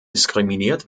diskriminiert